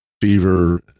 fever